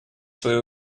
свои